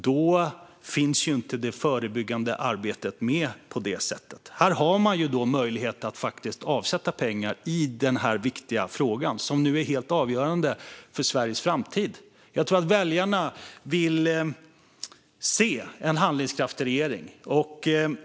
Där finns inte det förebyggande arbetet med. Här har man möjlighet att faktiskt avsätta pengar i denna viktiga fråga som är helt avgörande för Sveriges framtid. Jag tror att väljarna vill se en handlingskraftig regering.